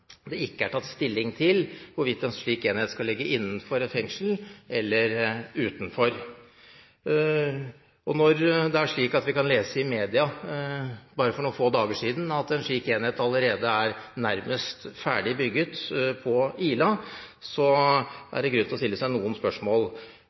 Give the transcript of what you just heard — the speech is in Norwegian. det ikke er tatt stilling til hvorvidt en slik enhet skal ligge innenfor et fengsel eller utenfor. Når det er slik at vi for bare noen få dager siden har kunnet lese i media at en slik enhet allerede er nærmest ferdig bygget på Ila,